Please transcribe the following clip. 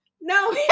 No